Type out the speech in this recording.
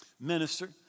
minister